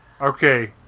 Okay